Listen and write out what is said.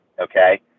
okay